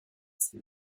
ces